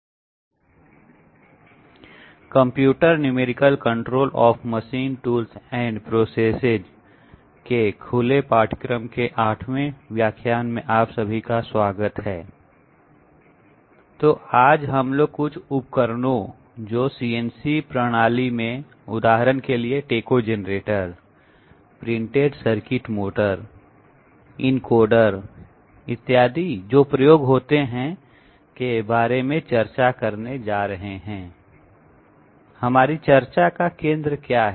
"computer numerical control of machine tools and processes" के खुले पाठ्यक्रम के आठवें व्याख्यान में आप सभी का स्वागत है तो आज हम लोग कुछ उपकरणों जो सीएनसी प्रणाली में उदाहरण के लिए tachogenerator printed circuit motor encoders इत्यादि जो प्रयोग होते हैं के बारे में चर्चा करने जा रहे हैं हमारी चर्चा का केंद्र क्या है